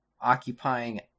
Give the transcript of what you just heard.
occupying